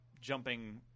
jumping